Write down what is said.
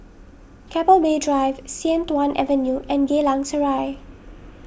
Keppel Bay Drive Sian Tuan Avenue and Geylang Serai